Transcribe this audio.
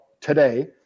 today